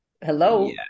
hello